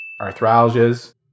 arthralgias